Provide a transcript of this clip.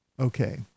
Okay